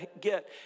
get